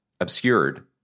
obscured